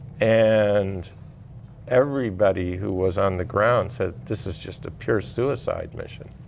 and everybody who was on the ground said, this is just a pure suicide mission.